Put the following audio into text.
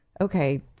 okay